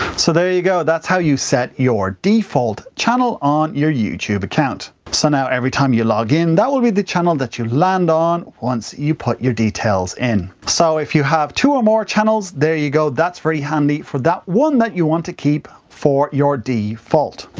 so, there you go. that's how you set your default channel on your youtube account. so, now, every time you login that will be the channel you land on once you put your details in. so, if you have two or more channels, there you go, that's very handy for that one that you want to keep for your default.